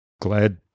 Glad